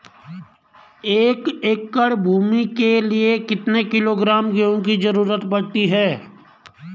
एक एकड़ भूमि के लिए कितने किलोग्राम गेहूँ की जरूरत पड़ती है?